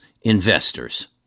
Investors